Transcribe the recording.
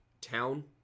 town